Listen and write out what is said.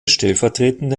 stellvertretende